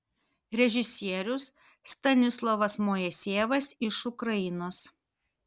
režisierius stanislovas moisejevas iš ukrainos